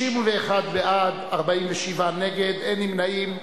בעד, 47 נגד, אין נמנעים.